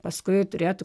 paskui turėtų